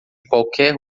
qualquer